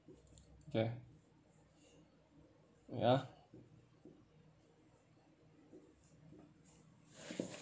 ya ya